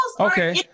Okay